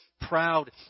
proud